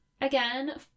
again